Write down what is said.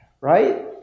right